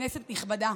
כנסת נכבדה,